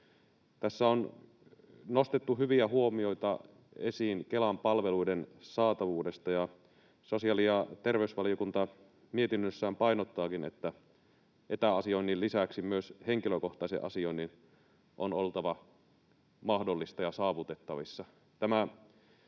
Tässä on nostettu hyviä huomioita esiin Kelan palveluiden saatavuudesta, ja sosiaali- ja terveysvaliokunta mietinnössään painottaakin, että etäasioinnin lisäksi myös henkilökohtaisen asioinnin on oltava mahdollista ja saavutettavissa.